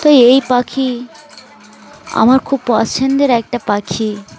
তো এই পাখি আমার খুব পছন্দের একটা পাখি